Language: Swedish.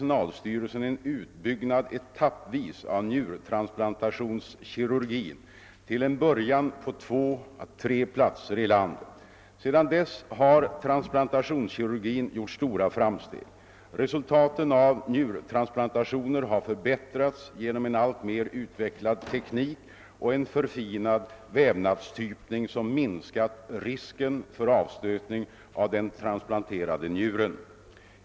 cinalstyrelsen en utbyggnad etappvis av: njurtransplantationskirurgin, till en början på två å tre platser i landet. Sedan: dess har transplantationskirurgin gjort stora framsteg. Resultaten av njurtransplantationer har förbättrats genom en alltmer utvecklad. teknik och en förfinad vävnadstypning som minskat ris ken för avstötning av den transplanterade njuren.